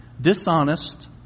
Dishonest